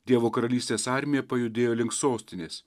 dievo karalystės armija pajudėjo link sostinės